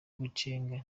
ukwizera